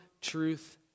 truth